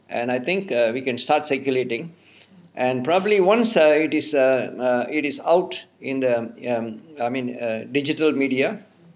and I think err we can start circulating and probably once it is err err it is out in the um um I mean digital media